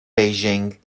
beijing